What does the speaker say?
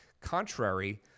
contrary